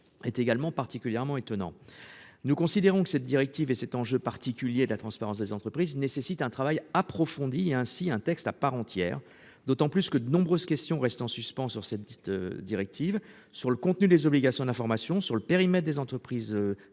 est également particulièrement étonnant. Nous considérons que cette directive et cet enjeu particulier de la transparence des entreprises nécessite un travail approfondi ainsi un texte à part entière. D'autant plus que de nombreuses questions restent en suspens sur cette petite directive sur le contenu des obligations d'information sur le périmètre des entreprises concernées